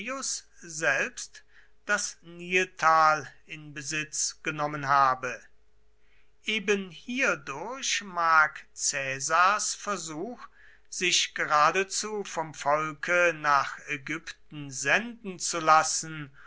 selbst das niltal in besitz genommen habe eben hierdurch mag caesars versuch sich geradezu vom volke nach ägypten senden zu lassen